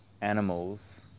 animals